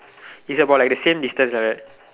is about like the same distance like that